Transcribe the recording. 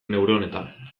neuronetan